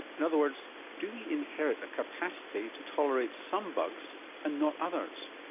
in other words, do we inherit a capacity to tolerate some bugs and not others?